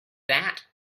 that